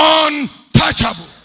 untouchable